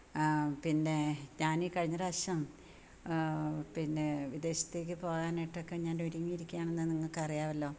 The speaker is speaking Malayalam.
പിന്നേ ഞാനീ കഴിഞ്ഞ പ്രാവശ്യം പിന്നെ വിദേശത്തേക്കു പോകാനായിട്ടൊക്കെ ഞാന് ഒരുങ്ങി ഇരിക്കയാണെന്ന് നിങ്ങൾക്കറിയാമല്ലോ